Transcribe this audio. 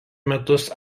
metus